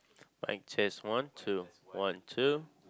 mic test one two one two